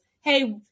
hey